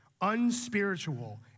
unspiritual